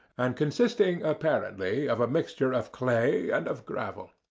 and consisting apparently of a mixture of clay and of gravel.